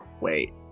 Wait